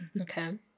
Okay